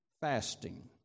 fasting